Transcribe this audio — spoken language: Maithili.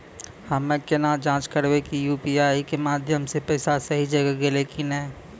हम्मय केना जाँच करबै की यु.पी.आई के माध्यम से पैसा सही जगह गेलै की नैय?